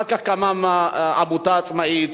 אחר כך קמה עמותה עצמאית,